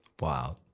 Wow